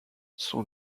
son